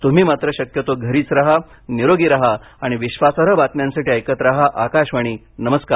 तुम्ही मात्र शक्यतो घरीच रहानिरोगी रहा आणि विश्वासार्ह बातम्यांसाठी ऐकत रहा आकाशवाणी नमस्कार